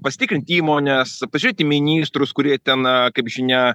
pasitikrinti įmonės pažiūrėt į ministrus kurie ten kaip žinia